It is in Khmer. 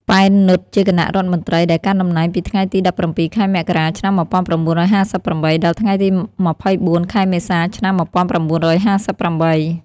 ប៉ែន នុតជាគណៈរដ្ឋមន្ត្រីដែលកាន់តំណែងពីថ្ងៃទី ១៧ ខែមករា ឆ្នាំ១៩៥៨ ដល់ថ្ងៃទី ២៤ ខែមេសា ឆ្នាំ១៩៥៨។